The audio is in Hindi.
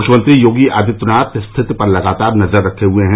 मृख्यमंत्री योगी आदित्यनाथ स्थिति पर लगातार नज़र रखे हुए हैं